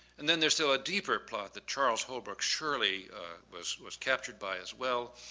and then there's still a deeper plot that charles holbrook surely was was captured by as well,